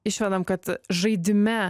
išvedam kad žaidime